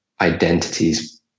identities